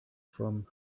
from